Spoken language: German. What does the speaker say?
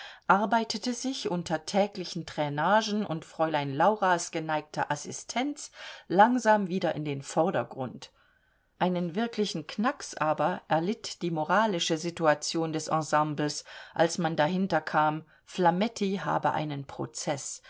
arbeitete sich unter täglichen trainagen und fräulein lauras geneigter assistenz langsam wieder in den vordergrund einen wirklichen knacks aber erlitt die moralische situation des ensembles als man dahinterkam flametti habe einen prozeß